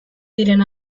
diren